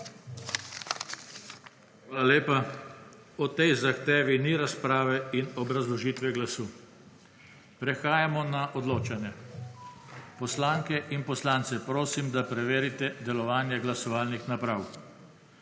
Hvala lepa. O tej zahtevi ni razprave in obrazložitve glasu. Prehajamo na odločanje. Poslanke in poslance prosim, da preverite delovanje glasovalnih naprav.